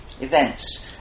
events